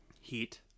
Heat